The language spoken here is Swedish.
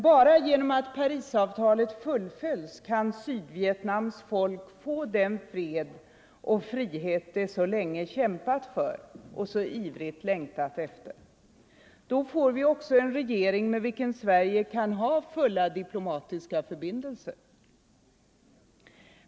Bara genom att Parisavtalet fullföljs kan Sydvietnams folk få den fred och den frihet det så länge kämpat för och så ivrigt längtar efter. Då får man också en regering med vilken Sverige kan ha fulla diplomatiska förbindelser.